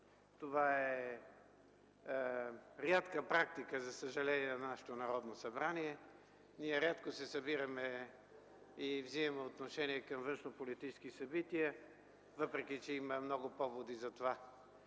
Това е рядка практика, за съжаление, на нашето Народно събрание. Ние рядко се събираме и вземаме отношение към външнополитически събития, въпреки, че има много поводи за това.